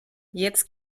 jetzt